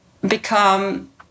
become